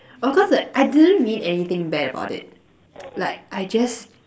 of course like I didn't mean anything bad about it like I just